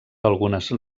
algunes